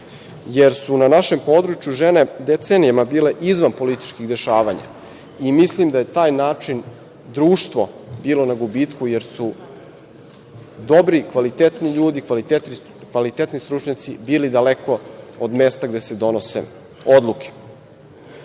jer su na našem području žene decenijama bile izvan političkih dešavanja i mislim da je taj način društvo bilo na gubitku, jer su dobri i kvalitetni ljudi, kvalitetni stručnjaci bili daleko od mesta gde se donose odluke. Onog